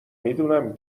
میدونم